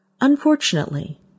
Unfortunately